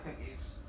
cookies